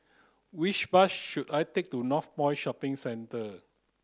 which bus should I take to Northpoint Shopping Centre